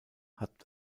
hat